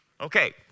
Okay